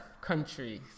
countries